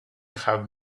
have